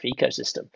ecosystem